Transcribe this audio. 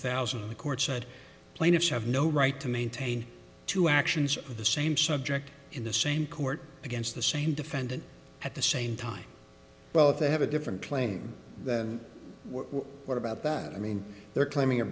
thousand the court said plaintiffs have no right to maintain two actions of the same subject in the same court against the same defendant at the same time well if they have a different playing what about that i mean they're claiming a